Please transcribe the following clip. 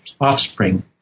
offspring